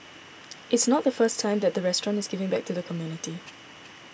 it's not the first time that the restaurant is giving back to the community